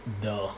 duh